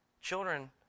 children